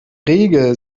regel